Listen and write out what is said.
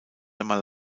einmal